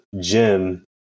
jim